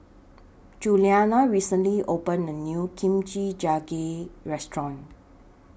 Julianna recently opened A New Kimchi Jjigae Restaurant